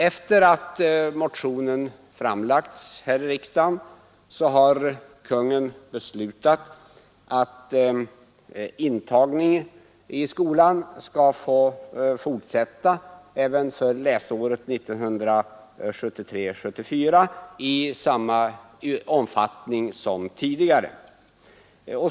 Efter det att motionen framlagts här i riksdagen har Kungl. Maj:t beslutat att intagningen till skolan skall få fortsätta även för läsåret 1973/74 i samma omfattning som tidigare.